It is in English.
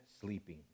sleeping